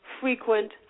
frequent